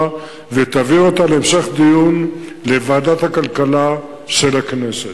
ותעביר אותה להמשך דיון בוועדת הכלכלה של הכנסת.